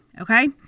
okay